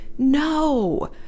no